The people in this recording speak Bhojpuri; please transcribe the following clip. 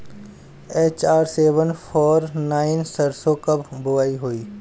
आर.एच सेवेन फोर नाइन सरसो के कब बुआई होई?